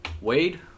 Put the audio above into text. Wade